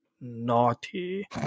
naughty